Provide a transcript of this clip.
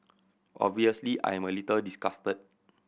obviously I am a little disgusted